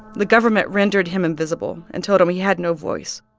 the government rendered him invisible and told him he had no voice.